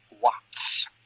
Watts